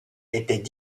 étaient